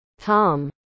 Tom